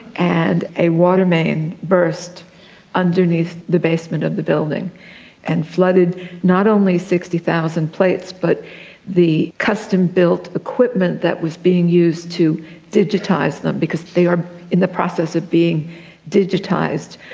and a water main burst underneath the basement of the building and flooded not only sixty thousand plates but the custom-built equipment that was being used to digitise them because they are in the process of being digitised,